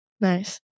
Nice